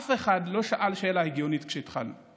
אף אחד לא שאל שאלה הגיונית כשהתחלנו.